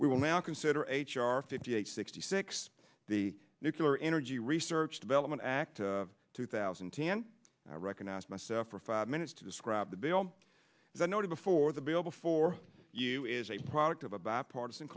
we will now consider h r fifty eight sixty six the nucular energy research development act of two thousand and ten i recognize myself for five minutes to describe the bill as i noted before the bill before you is a product of a bipartisan